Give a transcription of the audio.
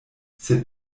sed